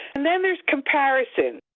and then there's comparison,